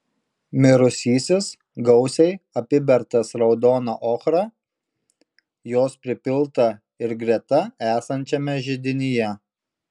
mirusysis gausiai apibertas raudona ochra jos pripilta ir greta esančiame židinyje